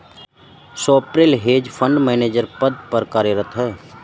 Swapnil hedge fund manager के पद पर कार्यरत है